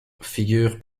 figure